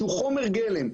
שהוא חומר גלם,